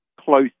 close